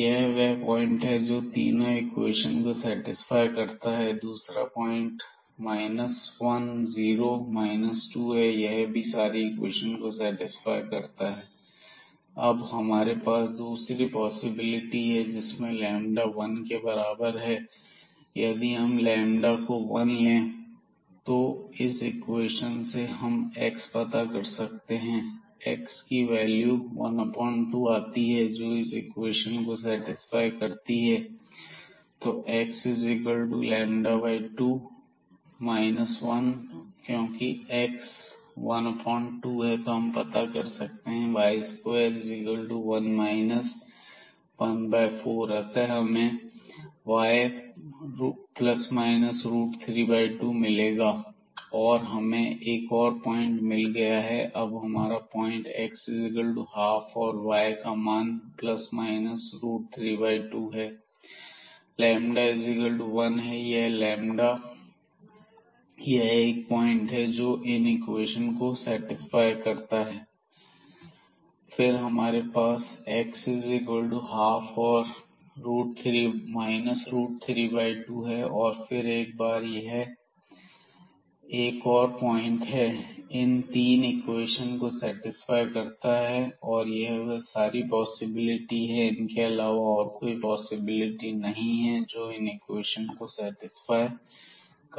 यह वह पॉइंट है जो तीनों इक्वेशन को सेटिस्फाई करता है दूसरा पॉइंट 1 0 2 है यह भी सारी इक्वेशन को सेटिस्फाई करता है अब हमारे पास दूसरी पॉसिबिलिटी है जिसमें लैंबदा वन के बराबर है और यदि हम लैंबदा को 1 ले तो इस इक्वेशन से हम एक्स पता कर सकते हैं एक्स की वैल्यू 12 आती है जो इस इक्वेशन को सेटिस्फाई करती है तो x12 λ1 और क्योंकि एक्स 12 है तो हम y पता कर सकते हैं और y21 14 अतः हमें y±32 मिलेगा और हमें एक और पॉइंट मिल गया है तो अब हमारा पॉइंट है x12 और बॉय का मान 32 λ1है यह 1 पॉइंट है जो इन इक्वेशन को सेटिस्फाई करता है और फिर हमारे पास x12 और 32 और फिर एक बार 1 यह एक और पॉइंट है इन तीन इक्वेशन को सेटिस्फाई करता है और यह वह सारी पॉसिबिलिटी हैं इनके अलावा और भी कोई पॉसिबिलिटी नहीं है जो जो इन इक्वेशन को सेटिस्फाई करता है